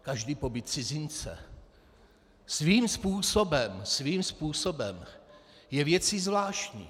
Každý pobyt cizince svým způsobem svým způsobem je věcí zvláštní.